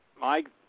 Mike